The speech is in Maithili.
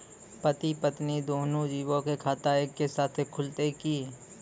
पति पत्नी दुनहु जीबो के खाता एक्के साथै खुलते की?